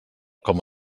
com